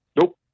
Nope